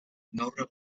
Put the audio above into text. gaur